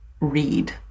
read